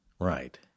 Right